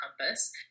compass